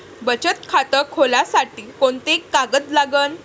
बचत खात खोलासाठी कोंते कागद लागन?